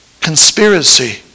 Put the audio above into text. Conspiracy